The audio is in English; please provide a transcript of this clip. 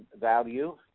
value